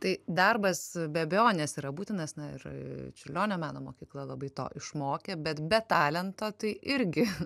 tai darbas be abejonės yra būtinas na ir čiurlionio meno mokykla labai to išmokė bet be talento tai irgi